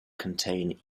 contain